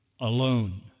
alone